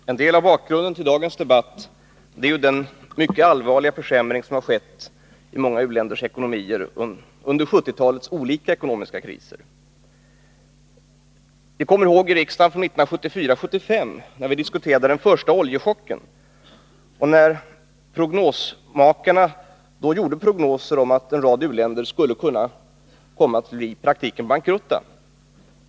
Herr talman! En del av bakgrunden till dagens debatt är den mycket allvarliga försämring som har skett i många u-länders ekonomier under 1970-talets olika ekonomiska kriser. Vi kommer ihåg hur vi 1974/75 i riksdagen diskuterade den första oljeprischocken och hur prognosmakarna gjorde prognoser som innebar att en rad u-länder kunde komma att i praktiken göra bankrutt.